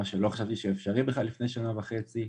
מה שלא חשבתי שאפשרי בכלל לפני שנה וחצי.